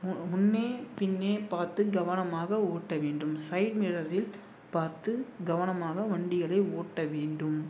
மு முன்னே பின்னே பார்த்து கவனமாக ஓட்ட வேண்டும் சைட் மிரரில் பார்த்து கவனமாக வண்டிகளை ஓட்ட வேண்டும்